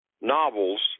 novels